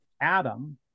Adam